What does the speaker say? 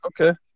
Okay